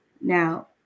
now